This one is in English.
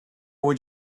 would